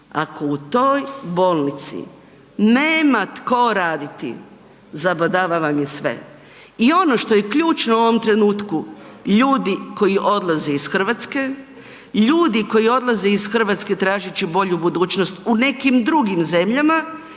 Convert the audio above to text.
ako u toj bolnici nema tko raditi zabadava vam je sve. I ono što je ključno u ovom trenutku ljudi koji odlaze iz Hrvatske, ljudi koji odlaze iz Hrvatske tražeći bolju budućnost u nekim drugim zemljama